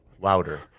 louder